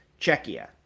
Czechia